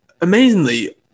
amazingly